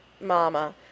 mama